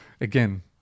Again